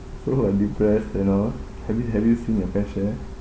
who are depressed you know have you have you seen your fair share